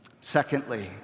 Secondly